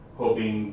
hoping